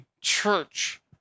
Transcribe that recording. Church